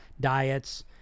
diets